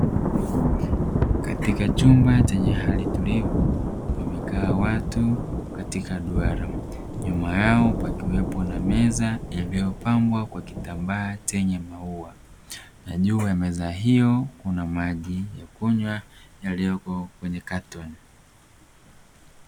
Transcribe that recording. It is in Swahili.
Katika chumba chenye hali tulivu wamekaa watu katika duara nyuma yao pakiwepo na meza iliyopambwa kwa kitambaa chenye maua, na juu ya meza hiyo kuna maji ya kunywa yaliyoko kwenye katoni.